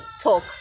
talk